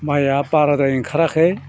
माइया बाराद्राय ओंखाराखै